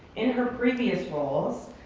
in her previous roles,